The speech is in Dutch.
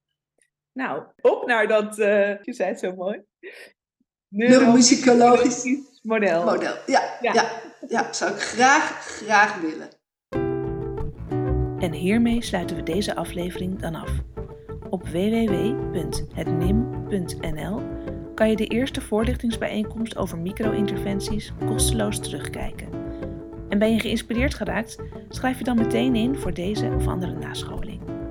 Nou, op naar dat, eh, je zei het zo mooi. Neuromusicologisch model. Neuromusicologisch model. Ja, Ja. ja, ja, zou ik graag, graag willen. En hiermee sluiten we deze aflevering dan af. Op www.hetnim.nl kan je de eerste voorlichtingsbijeenkomst over micro-interventies kosteloos terugkijken. En ben je geïnspireerd geraakt, schrijf je dan meteen in voor deze of andere nascholing.